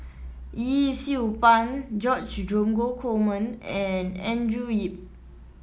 Yee Siew Pun George Dromgold Coleman and Andrew Yip